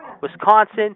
Wisconsin